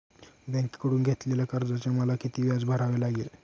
बँकेकडून घेतलेल्या कर्जाचे मला किती व्याज भरावे लागेल?